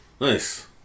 Nice